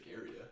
area